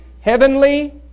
heavenly